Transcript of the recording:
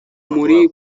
muri